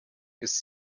ist